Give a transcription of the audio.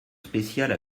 spéciale